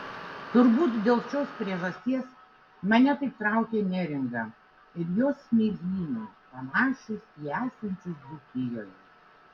turbūt dėl šios priežasties mane taip traukia neringa ir jos smėlynai panašūs į esančius dzūkijoje